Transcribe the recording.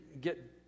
get